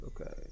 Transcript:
okay